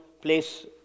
place